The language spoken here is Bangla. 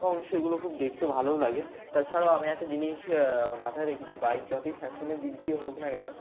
এবং সেগুলো খুব দেখতে ভালোও লাগে তাছাড়াও আমি একটা জিনিস মাথায় রেখি যে বাইক যতই ফ্যাশনের দিক দিয়ে হোক না কেন